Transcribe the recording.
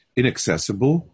inaccessible